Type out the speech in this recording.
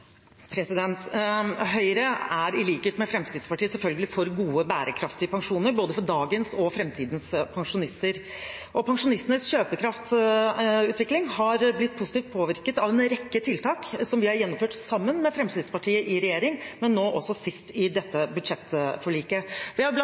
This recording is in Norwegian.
Høyre er, i likhet med Fremskrittspartiet, selvfølgelig for gode, bærekraftige pensjoner for både dagens og framtidens pensjonister. Pensjonistenes kjøpekraftsutvikling har blitt positivt påvirket av en rekke tiltak som vi har gjennomført sammen med Fremskrittspartiet i regjering, men også nå sist i